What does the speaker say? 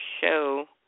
show